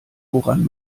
woran